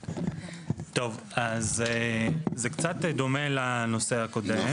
טוב, אז זה קצת דומה לנושא הקודם.